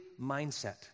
mindset